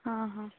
ହଁ ହଁ